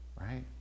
Right